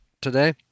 today